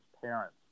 parents